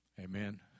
Amen